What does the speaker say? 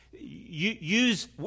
use